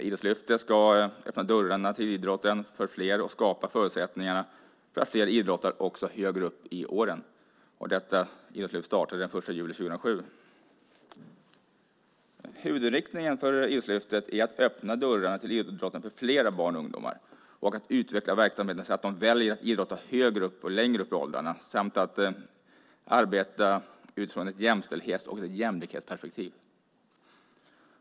Idrottslyftet ska öppna dörrarna till idrotten för fler och skapa förutsättningar för att fler idrottar också högre upp i åren. Detta idrottslyft startade den 1 juli 2007. Huvudinriktningen för Idrottslyftet är att öppna dörrarna till idrotten för fler barn och ungdomar, att utveckla verksamheten så att de väljer att idrotta längre upp i åldrarna och att arbeta utifrån ett jämställdhets och jämlikhetsperspektiv.